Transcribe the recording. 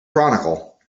chronicle